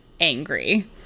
angry